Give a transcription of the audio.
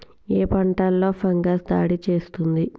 ఏ పంటలో ఫంగస్ దాడి చేస్తుంది?